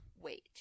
wait